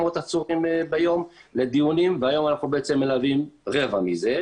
עצורים ביום לדיונים והיום אנחנו מלווים רבע מזה,